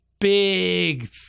big